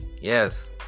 yes